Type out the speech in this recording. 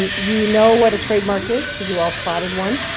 um you know what a trademark is because you all spotted one.